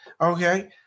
okay